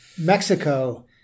Mexico